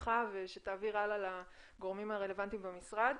ממך שתעביר הלאה לגורמים הרלוונטיים במשרד,